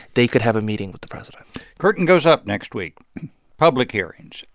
they could have a meeting with the president curtain goes up next week public hearings.